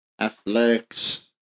Athletics